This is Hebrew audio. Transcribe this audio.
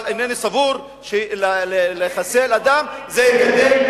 אבל אינני סבור שלחסל אדם יקדם,